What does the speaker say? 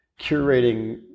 curating